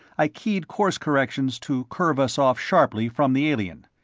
i keyed course corrections to curve us off sharply from the alien.